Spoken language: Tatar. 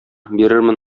бирермен